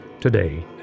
today